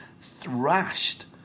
thrashed